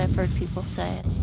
people say.